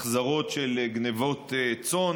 החזרות של גנבות צאן